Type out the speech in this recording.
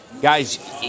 guys